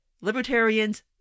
libertarians